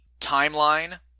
timeline